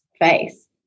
face